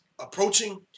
approaching